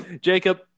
Jacob